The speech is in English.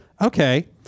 okay